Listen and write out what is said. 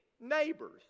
neighbor's